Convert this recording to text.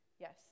Yes